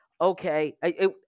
okay